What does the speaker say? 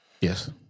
Yes